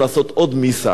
אבל זה לא יעזור להם,